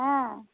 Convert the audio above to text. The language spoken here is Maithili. हँ